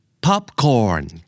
Popcorn